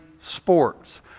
sports